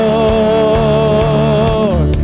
Lord